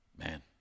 Man